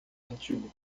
antigo